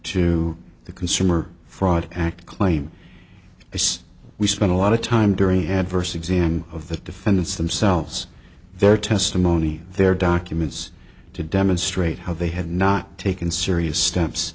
to the consumer fraud act claim as we spent a lot of time during adverse exam of the defendants themselves their testimony their documents to demonstrate how they had not taken serious steps